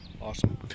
Awesome